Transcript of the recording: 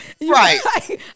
right